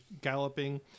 galloping